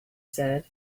said